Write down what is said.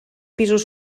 pisos